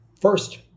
first